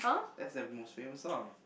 that's there most famous song